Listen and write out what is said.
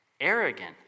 arrogant